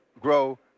grow